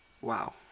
Wow